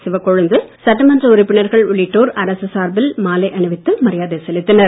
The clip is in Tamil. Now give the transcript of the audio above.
சிவக்கொழுந்து சட்டமன்ற உறுப்பினர்கள் உள்ளிட்டோர் அரசு சார்பில் மாலை அணிவித்து மரியாதை செலுத்தினர்